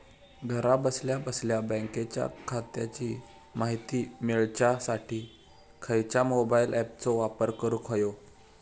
घरा बसल्या बसल्या बँक खात्याची माहिती मिळाच्यासाठी खायच्या मोबाईल ॲपाचो वापर करूक होयो?